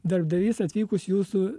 darbdavys atvykus jūsų